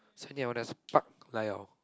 so thing I want does park lay off